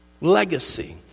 legacy